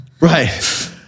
Right